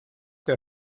der